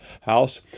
house